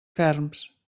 ferms